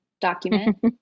document